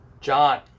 John